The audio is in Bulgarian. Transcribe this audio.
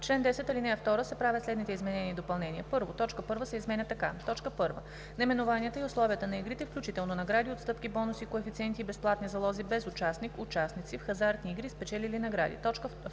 чл. 10, ал. 2 се правят следните изменения и допълнения: 1. Точка 1 се изменя така: „1. наименованията и условията на игрите, включително награди, отстъпки, бонуси, коефициенти и безплатни залози, без участник/участници в хазартни игри спечелили награди;“. 2. Точка 2